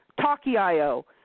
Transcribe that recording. Talkie.io